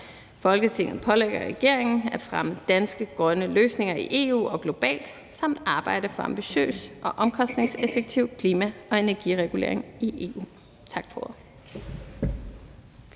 Folketinget pålægger regeringen at fremme danske grønne løsninger i EU og globalt samt arbejde for ambitiøs og omkostningseffektiv klima- og energiregulering i EU.«